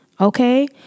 Okay